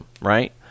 right